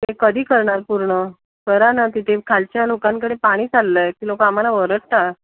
ते कधी करणार पूर्ण करा ना तिथे खालच्या लोकांकडे पाणी चाललं आहे ती लोकं आम्हाला ओरडता